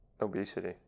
Obesity